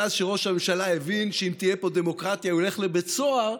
מאז שראש הממשלה הבין שאם תהיה פה דמוקרטיה הוא ילך לבית סוהר,